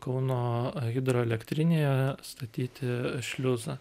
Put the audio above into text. kauno hidroelektrinėje statyti šliuzą